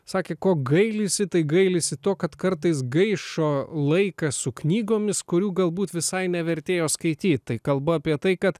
sakė ko gailisi tai gailisi to kad kartais gaišo laiką su knygomis kurių galbūt visai nevertėjo skaityt tai kalba apie tai kad